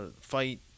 fight